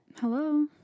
Hello